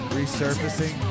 resurfacing